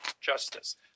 justice